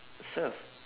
surf